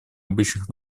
обычных